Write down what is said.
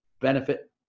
benefit